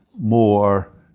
more